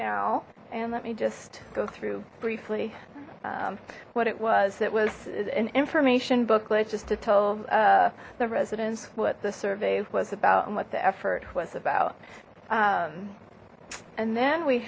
now and let me just go through briefly what it was it was an information booklet just to tell the residents what the survey was about and what the effort was about and then we